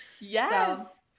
Yes